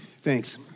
Thanks